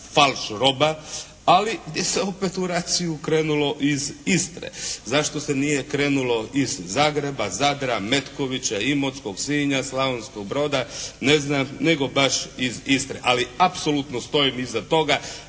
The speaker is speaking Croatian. falš roba, ali se opet u raciju krenulo iz Istre. Zašto se nije krenulo iz Zagreba, Zadra, Metkovića, Imotskog, Sinja, Slavonskog Broda ne znam, nego baš iz Istre, ali apsolutno stojim iza toga.